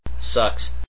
Sucks